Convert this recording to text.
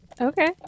Okay